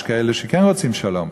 יש כאלה שכן רוצים שלום,